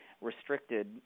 restricted